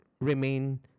remain